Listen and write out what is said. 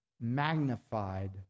magnified